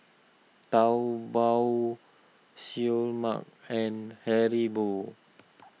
Taobao Seoul Mart and Haribo